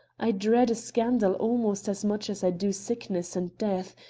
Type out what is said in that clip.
i dread a scandal almost as much as i do sickness and death,